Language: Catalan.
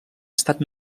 estat